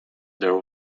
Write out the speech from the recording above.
their